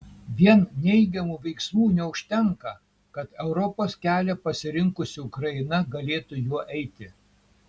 vien neigiamų veiksmų neužtenka kad europos kelią pasirinkusi ukraina galėtų juo eiti